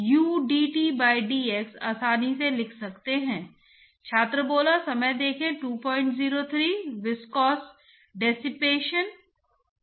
और इसी तरह कोई भी मास्स ट्रांसपोर्ट गुणांक को परिभाषित कर सकता है क्योंकि CA द्वारा विभाजित डिफ्यूजिविटी द्वारा गुणा किया जाता है